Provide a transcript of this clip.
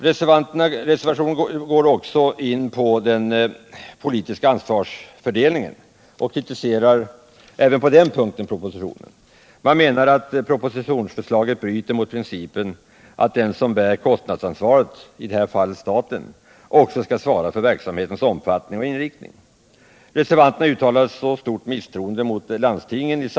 Reservationen går också in på den politiska ansvarsfördelningen och kritiserar även på den punkten propositionen. Man menar att förslaget bryter mot principen att den som bär kostnadsansvaret, i detta fall staten, också skall svara för verksamhetens omfattning och inriktning. Reservanterna uttalar ett starkt misstroende mot landstingen.